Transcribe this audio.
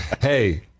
hey